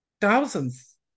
thousands